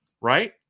right